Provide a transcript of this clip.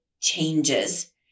changes